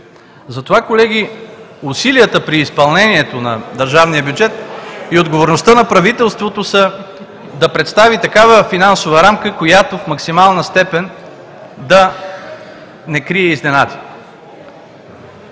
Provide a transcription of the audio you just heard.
Затова, колеги, усилията при изпълнението на държавния бюджет (оживление и реплики) и отговорността на правителството са да представи такава финансова рамка, която в максимална степен да не крие изненади.